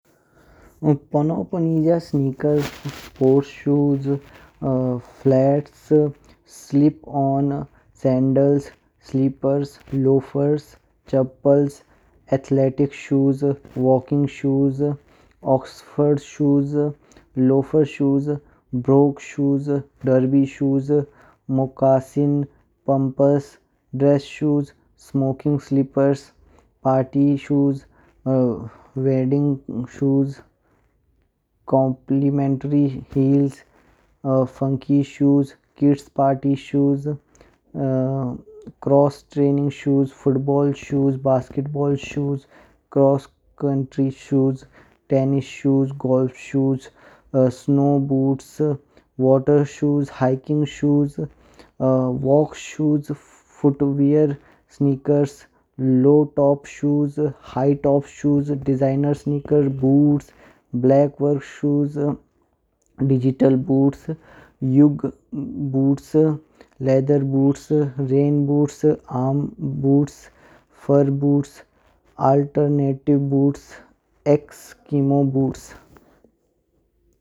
पोनो पू निज्या sneakers, sports shoes, flats, slip on, sandals, slipper, loafer, chappals, athletic tick shoes, walking shoes, oxford shoes, loafers shoes, brogue shoes, derby shoes, moccasin, pumps, dress shoes, smoking slippers, party shoes, wedding shoes, complimentary heels, funky shoes, kids party shoes, cross training shoes, football shoes, basketball shoes, cross country shoes, tennis shoes, golf shoes, snow boot, water shoes hiking shoes, walk shoes, foot wear sneakers, low top shoes, high top shoes, designer boot, black shoes, digital boot, Ugg boot, leather boot, arm boot, fur booties, alternative booties, Eskimo booties.